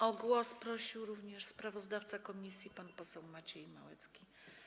O głos prosił również sprawozdawca komisji pan poseł Maciej Małecki.